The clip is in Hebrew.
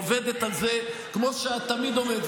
עובדת על זה כמו שאת תמיד אומרת,